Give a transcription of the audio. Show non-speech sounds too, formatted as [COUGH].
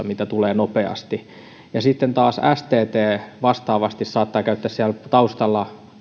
[UNINTELLIGIBLE] mitä tulee nopeasti ja stt vastaavasti saattaa usein käyttää taustalla